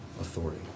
authority